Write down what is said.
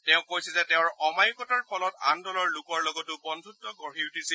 তেওঁ কৈছে যে তেওঁৰ অমায়িকতাৰ ফলত আন দলৰ লোকৰ লগতো বন্ধত্ব গঢ়ি উঠিছিল